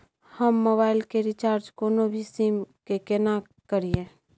हम मोबाइल के रिचार्ज कोनो भी सीम के केना करिए?